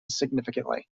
significantly